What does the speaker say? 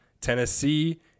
Tennessee